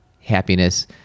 happiness